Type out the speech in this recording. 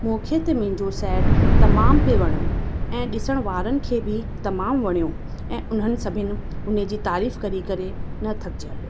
मूंखे त मुंहिंजो सैट तमामु पियो वणियो ऐं ॾिसण वारनि खे बि तमामु वणियो ऐं उन्हनि सभिनि उन जी तारीफ़ करी करे न थकिजा पिया